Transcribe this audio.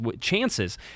chances